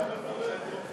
תודה.